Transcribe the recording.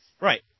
Right